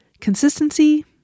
Consistency